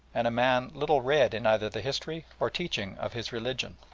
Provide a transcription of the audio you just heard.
and a man little read in either the history or teaching of his religion.